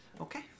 Okay